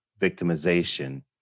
victimization